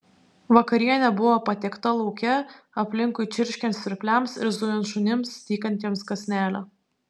vakarienė buvo patiekta lauke aplinkui čirškiant svirpliams ir zujant šunims tykantiems kąsnelio